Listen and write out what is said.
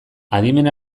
adimen